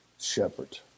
shepherd